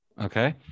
okay